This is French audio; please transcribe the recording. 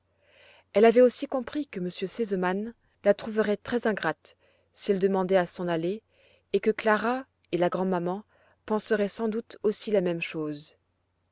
elle avait aussi compris que m r sesemann la trouverait très ingrate si elle demandait à s'en aller et que clara et la grand'maman penseraient sans doute aussi la même chose